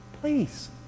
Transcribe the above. please